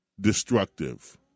destructive